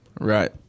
Right